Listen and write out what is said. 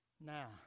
Now